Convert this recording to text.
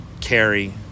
carry